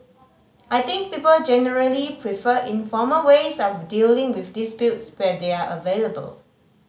I think people generally prefer informal ways of dealing with disputes where they are available